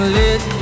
let